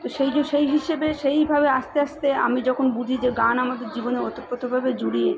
তো সেই যো সেই হিসেবে সেইভাবে আস্তে আস্তে আমি যখন বুঝি যে গান আমাদের জীবনে ওতপ্রোতভাবে জড়িয়ে